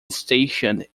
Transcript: stationed